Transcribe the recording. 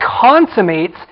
consummates